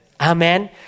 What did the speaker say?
Amen